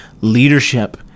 leadership